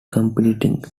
competing